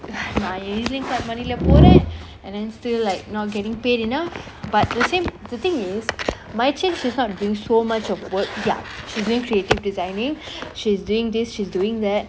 my Ezlink card money lah போறான் :poran and then still like not getting paid enough but the same the thing is marichin she's not doing so much of work ya she's doing creative designing she's doing this she's doing that